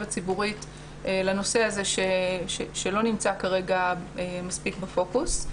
הציבורית לנושא הזה שלא נמצא כרגע מספיק בפוקוס.